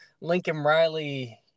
Lincoln-Riley